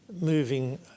moving